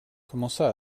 commença